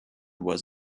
was